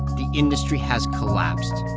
the industry has collapsed.